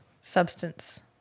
substance